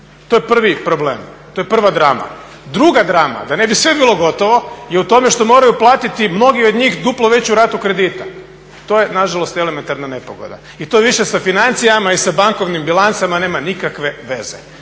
to je prvi problem, to je prva drama. Druga drama da ne bi sve bilo gotovo je u tome što moraju platiti mnogi od njih duplo veću ratu kredita, to je nažalost elementarna nepogoda i to je više sa financijama i sa bankovnim bilancama nema nikakve veze.